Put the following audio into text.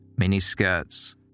miniskirts